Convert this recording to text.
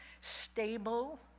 stable